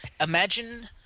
imagine